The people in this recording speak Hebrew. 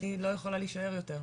אני לא יכולה להישאר יותר,